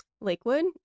Lakewood